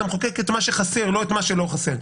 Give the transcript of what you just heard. אתה מחוקק את מה שחסר ולא את מה שלא חסר.